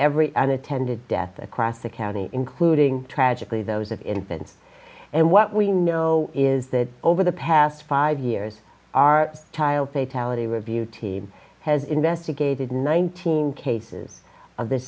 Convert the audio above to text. every and attended death across the county including tragically those of infants and what we know is that over the past five years our child atallah to review team has investigated nineteen cases of th